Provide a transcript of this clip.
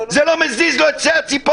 זה לא מזיז לו את קצה הציפורן.